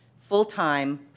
full-time